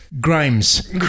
Grimes